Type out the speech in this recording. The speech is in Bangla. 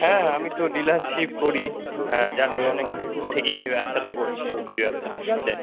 হ্যাঁ হ্যাঁ আমি তো ডিলারশিপ করি হ্যাঁ জানেন অনেক দিন থেকেই আমি ব্যবসাটা করছি সবজির ব্যবসা ঠিক আছে